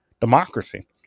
democracy